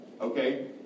okay